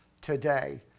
today